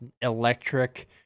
electric